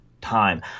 time